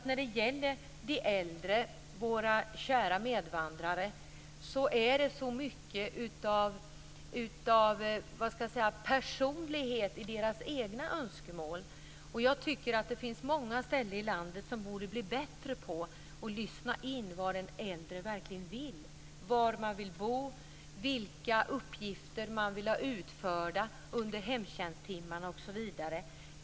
När det gäller de äldre - våra kära medvandrare - är det mycket av personlighet i deras egna önskemål. Det finns många ställen i landet där man borde bli bättre på att lyssna in vad den äldre verkligen vill, var man vill bo, vilka uppgifter man vill ha utförda under hemtjänsttimmarna, osv.